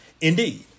indeed